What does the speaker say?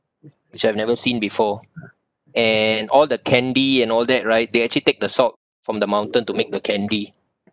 which I've never seen before and all the candy and all that right they actually take the salt from the mountain to make the candy